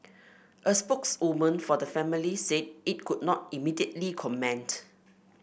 a spokeswoman for the family said it could not immediately comment